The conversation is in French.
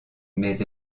mais